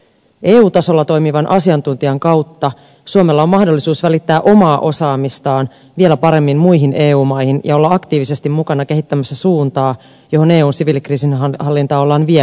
eu tasolla toimivan asiantuntijan kautta suomella on mahdollisuus välittää omaa osaamistaan vielä paremmin muihin eu maihin ja olla aktiivisesti mukana kehittämässä suuntaa johon eun siviilikriisinhallintaa ollaan viemässä